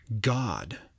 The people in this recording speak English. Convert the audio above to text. god